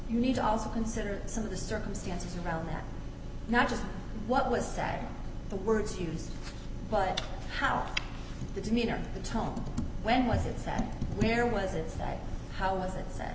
you need to also consider some of the circumstances around that not just what was sad the words used but how the demeanor the time when was it sat where was it how was it that